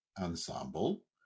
Ensemble